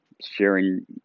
sharing